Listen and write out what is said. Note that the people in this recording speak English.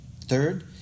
Third